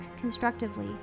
constructively